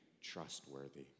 trustworthy